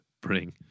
bring